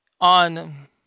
on